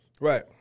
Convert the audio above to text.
Right